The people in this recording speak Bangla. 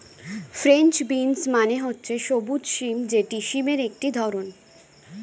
ফ্রেঞ্চ বিনস মানে হচ্ছে সবুজ সিম যেটি সিমের একটি ধরণ